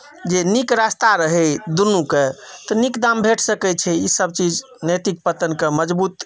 जे नीक रस्ता रहै दुनूके तऽ नीक दाम भेट सकैत छै ईसब चीज नैतिक पतनके मजबूत